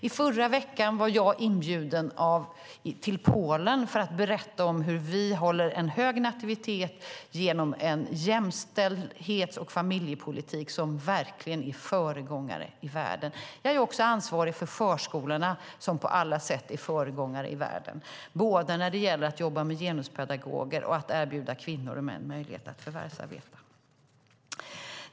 I förra veckan var jag inbjuden till Polen för att berätta hur vi håller en hög nativitet genom en jämställdhets och familjepolitik som verkligen är föregångare i världen. Jag är också ansvarig för förskolorna, som på alla sätt är föregångare i världen, både när det gäller att jobba med genuspedagoger och när det gäller att erbjuda kvinnor och män möjlighet att förvärvsarbeta.